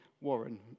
Warren